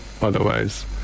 otherwise